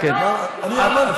הוא אמר,